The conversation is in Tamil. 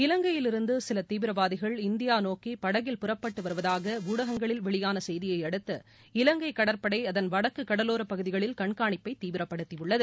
இலங்கையில் இருந்து சில தீவிரவாதிகள் இந்தியா நோக்கி படகில் புறப்பட்டு வருவதாக ஊடகங்களில் வெளியான செய்தியை அடுத்து இலங்கை கடற்படை அதன் வடக்கு கடலோர பகுதிகளில் கண்காணிப்பை தீவிரபடுத்தியுள்ளது